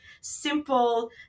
simple